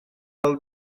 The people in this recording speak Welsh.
fel